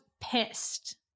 pissed